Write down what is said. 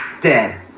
dead